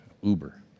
Uber